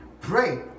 pray